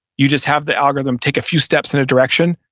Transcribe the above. you just have the algorithm, take a few steps in a direction,